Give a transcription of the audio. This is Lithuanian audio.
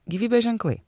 gyvybės ženklai